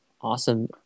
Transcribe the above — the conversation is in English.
awesome